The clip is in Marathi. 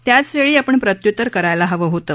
त्याच वेळी आपण प्रत्युत्तर करायला हवं होतं